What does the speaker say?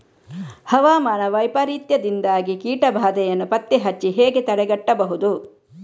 ಹವಾಮಾನ ವೈಪರೀತ್ಯದಿಂದಾಗಿ ಕೀಟ ಬಾಧೆಯನ್ನು ಪತ್ತೆ ಹಚ್ಚಿ ಹೇಗೆ ತಡೆಗಟ್ಟಬಹುದು?